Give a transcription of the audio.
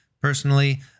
personally